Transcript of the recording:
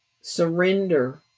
surrender